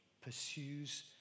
pursues